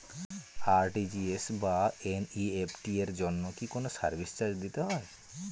RTGS বা NEFT এর জন্য কি কোনো সার্ভিস চার্জ দিতে হয়?